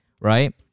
Right